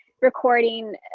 recording